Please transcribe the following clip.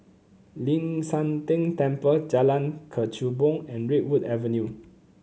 Ling San Teng Temple Jalan Kechubong and Redwood Avenue